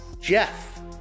Jeff